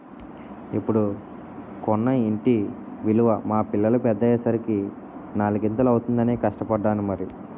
ఇప్పుడు కొన్న ఇంటి విలువ మా పిల్లలు పెద్దయ్యే సరికి నాలిగింతలు అవుతుందనే కష్టపడ్డాను మరి